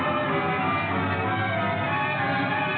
ah